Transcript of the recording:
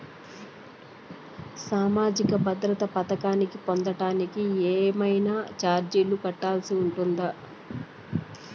సామాజిక భద్రత పథకాన్ని పొందడానికి ఏవైనా చార్జీలు కట్టాల్సి ఉంటుందా?